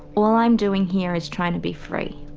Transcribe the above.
all i'm doing here is trying to be free.